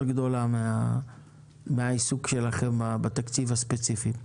גדולה מהעיסוק שלכם בתקציב הספציפי.